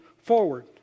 forward